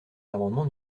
l’amendement